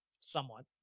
Somewhat